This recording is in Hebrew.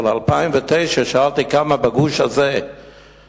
אבל 2009, שאלתי כמה בגוש הזה קיבלו,